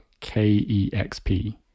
KEXP